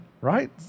right